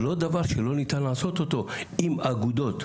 זה לא דבר שלא ניתן לעשות אותו עם האגודות,